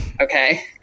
Okay